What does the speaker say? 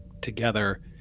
together